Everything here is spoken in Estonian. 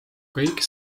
kõik